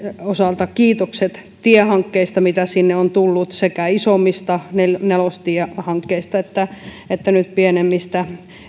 osalta kiitokset tiehankkeista joita sinne on tullut sekä isommista nelostie hankkeista että että nyt pienemmistä